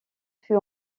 fut